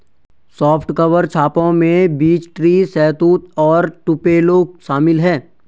soft cover छापों में beech tree, शहतूत और टुपेलो शामिल है